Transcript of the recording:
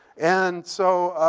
and so